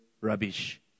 rubbish